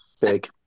Big